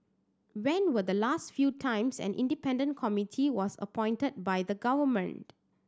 when were the last few times an independent committee was appointed by the government